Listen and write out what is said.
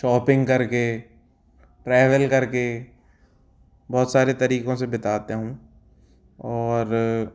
shopping कर के travel कर के बहुत सारे तरीक़ों से बिताता हूँ और